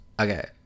Okay